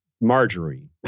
Marjorie